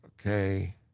okay